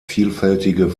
vielfältige